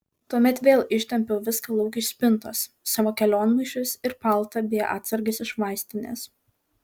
tuomet vėl ištempiau viską lauk iš spintos savo kelionmaišius ir paltą bei atsargas iš vaistinės